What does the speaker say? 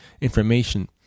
information